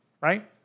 right